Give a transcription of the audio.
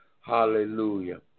Hallelujah